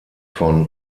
von